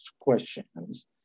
questions